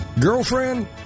Girlfriend